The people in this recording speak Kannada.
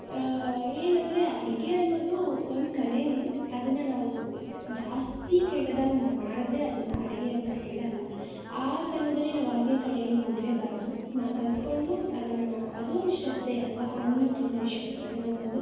ಏನಂದರೆ ಅಡುಗೆ ಅನ್ನೋದು ಒಂದು ಕಲೆಯೇ ಅದನ್ನು ನಾವು ಜಾಸ್ತಿ ಕೆಟ್ದಾಗಿ ಮಾಡಿದ್ರೆ ಅದನ್ನು ಅಡುಗೆ ಅಂತ ಹೇಳೋಲ್ಲ ಆ ಸಮಯದಲ್ಲಿ ನಾವು ಅಡುಗೆ ಕಡೆಗೆ ಹೋಗಲೇಬಾರ್ದು ನಾವು ಕಲಿತ್ಕೊಂಡು ಅದನ್ನು ನಾವು ಅದು ಒಂದು ಶ್ರದ್ಧೆ ಅಲ್ಲವಾ ಅನ್ನಪೂರ್ಣೇಶ್ವರಿ ಅನ್ನೋ ಒಂದು